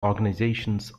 organizations